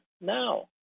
now